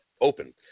open